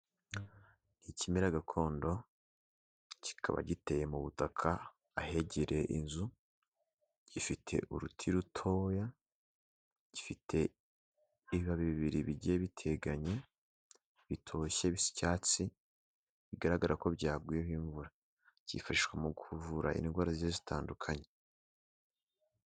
Ikimera gakondo kikaba giteye mu butaka ahegereye inzu, gifite uruti rutoya, gifite ibibabi bibiri bigiye biteganye bitoshye bisa icyatsi, bigaragara ko byaguyeho imvura, byifashishwa mu kuvura indwara zigiye zitandukanye.